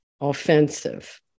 offensive